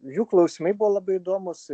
jų klausimai buvo labai įdomūs